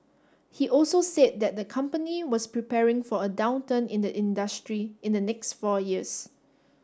he also said that the company was preparing for a downturn in the industry in the next four years